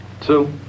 two